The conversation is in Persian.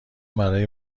برای